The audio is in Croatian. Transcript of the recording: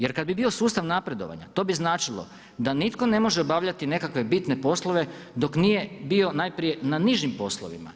Jer kad bi bio sustav napredovanja, to bi značilo da nitko ne može obavljati nekakve bitne poslove dok nije bio najprije na nižim poslovima.